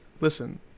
listen